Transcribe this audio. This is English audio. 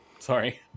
sorry